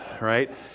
right